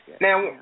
Now